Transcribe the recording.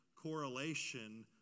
correlation